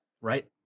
Right